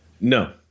No